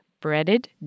breaded